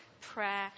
prayer